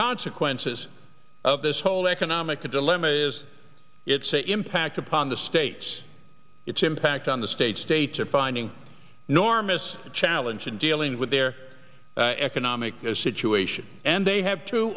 consequences of this whole economic a dilemma is it's a impact upon the states its impact on the states states are finding nor miss the challenge in dealing with their economic situation and they have t